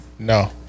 No